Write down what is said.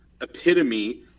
epitome